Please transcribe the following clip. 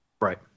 Right